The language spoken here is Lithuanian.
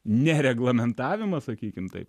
nereglamentavimas sakykim taip